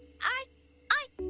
i i,